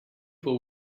pool